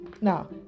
Now